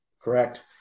correct